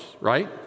right